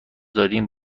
داریم